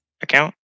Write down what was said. account